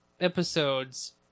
episodes